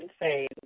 insane